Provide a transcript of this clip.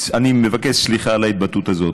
אני מבקש סליחה על ההתבטאות הזאת,